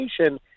education